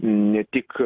ne tik